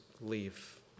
leave